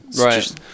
Right